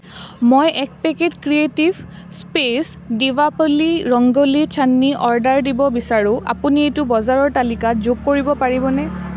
মই এক packet creative space Deepawali rangoli চান্নী অৰ্ডাৰ দিব বিচাৰোঁ আপুনি এইটো বজাৰৰ তালিকাত যোগ কৰিব পাৰিবনে